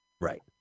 Right